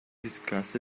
discuss